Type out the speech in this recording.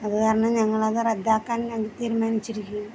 അത് കാരണം ഞങ്ങളത് റദ്ദാക്കാൻ അങ്ങ് തീരുമാനിച്ചിരിക്കുന്നു